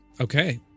Okay